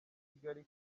kigali